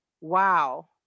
wow